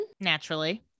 naturally